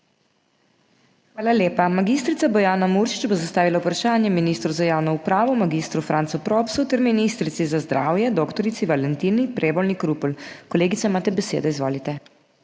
Hvala lepa. Mag. Bojana Muršič bo zastavila vprašanje ministru za javno upravo mag. Francu Propsu ter ministrici za zdravje dr. Valentini Prevolnik Rupel. Kolegica, imate besedo. Izvolite.